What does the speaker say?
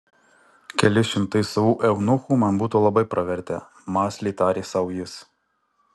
keli šimtai savų eunuchų man būtų labai pravertę mąsliai tarė sau jis